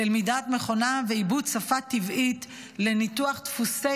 למידת מכונה ועיבוד שפה טבעית לניתוח דפוסי